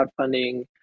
crowdfunding